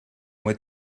mois